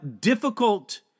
difficult